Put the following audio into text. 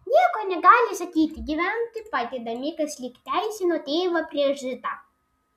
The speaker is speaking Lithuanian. nieko negali sakyti gyventi padeda mikas lyg teisino tėvą prieš zitą